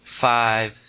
five